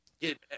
get